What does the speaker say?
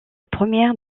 première